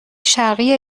شرقی